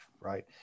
Right